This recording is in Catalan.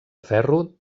ferro